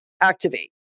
activate